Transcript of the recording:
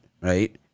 right